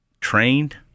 trained